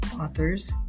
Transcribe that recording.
authors